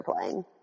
playing